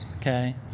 Okay